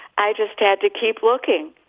i just had to keep looking.